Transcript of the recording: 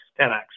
10X